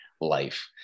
life